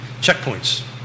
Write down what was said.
checkpoints